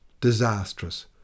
disastrous